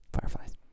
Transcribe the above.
fireflies